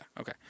Okay